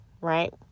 right